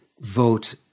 vote